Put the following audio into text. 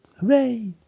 Hooray